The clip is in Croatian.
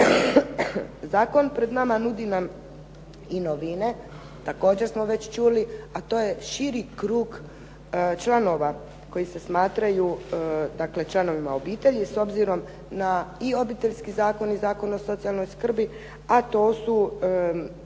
Zakon pred nama nudi nam i novine, također smo već čuli, a to je širi krug članova koji se smatraju dakle članovima obitelji, s obzirom na i Obiteljski zakon i Zakon o socijalnoj skrbi, a to su